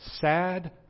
Sad